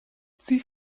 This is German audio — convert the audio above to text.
sie